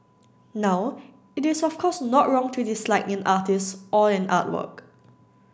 now it is of course not wrong to dislike an artist or an artwork